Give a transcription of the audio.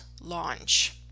launch